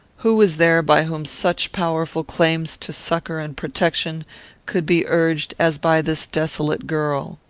who was there by whom such powerful claims to succour and protection could be urged as by this desolate girl?